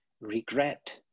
regret